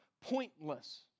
pointless